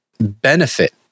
benefit